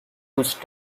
whose